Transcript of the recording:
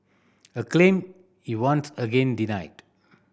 a claim he once again denied